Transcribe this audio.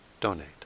donate